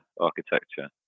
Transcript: architecture